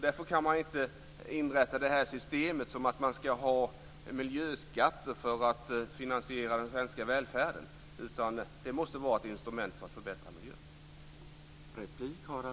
Därför kan man inte ha miljöskatter för att finansiera den svenska välfärden. Det måste vara ett instrument för att förbättra miljön.